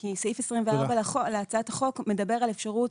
כי סעיף 24 להצעת החוק מדבר על אפשרות